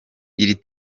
iri